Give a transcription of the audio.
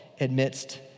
amidst